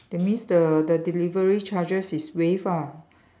that means the the delivery charges is waived ah